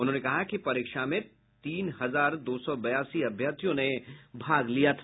उन्होंने कहा कि परीक्षा में तीन हजार दो सौ बयासी अभ्यर्थियों ने भाग लिया था